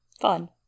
Fun